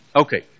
Okay